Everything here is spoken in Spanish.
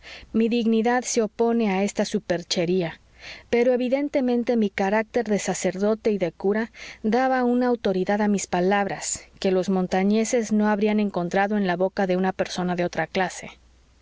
mi dignidad se opone a esta superchería pero evidentemente mí carácter de sacerdote y de cura daba una autoridad a mis palabras que los montañeses no habrían encontrado en la boca de una persona de otra clase